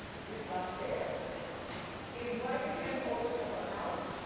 did not care invited him over to her house.